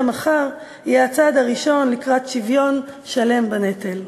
מחר יהיה הצעד הראשון לקראת שוויון שלם בנטל.